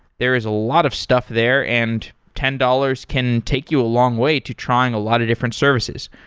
there is a lot of stuff there, and ten dollars can take you a long way to trying a lot of different services.